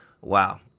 Wow